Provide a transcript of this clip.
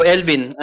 Elvin